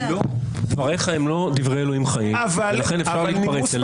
דבריך הם לא דברי אלוהי חיים, ולכן אפשר להתפרץ.